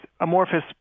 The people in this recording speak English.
amorphous